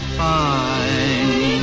fine